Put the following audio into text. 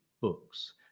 books